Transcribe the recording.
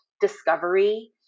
discovery